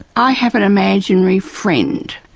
i have an imaginary friend.